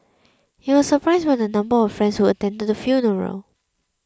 he was surprised by the number of friends who attended his funeral